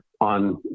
on